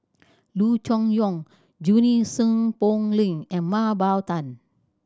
Loo Choon Yong Junie Sng Poh Leng and Mah Bow Tan